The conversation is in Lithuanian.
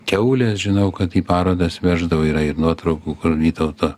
kiaulės žinau kad į parodas veždavo yra ir nuotraukų vytauto